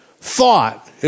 thought